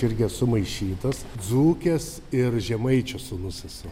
irgi esu maišytas dzūkės ir žemaičio sūnus esu